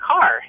car